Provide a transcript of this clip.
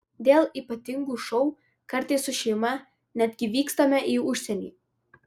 dėl ypatingų šou kartais su šeima netgi vykstame į užsienį